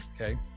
Okay